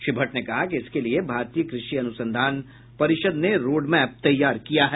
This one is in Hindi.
श्री भट्ट ने कहा कि इसके लिये भारतीय कृषि अनुसंधान परिषद ने रोडमैप तैयार किया है